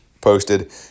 posted